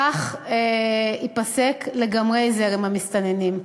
כך ייפסק לגמרי זרם המסתננים.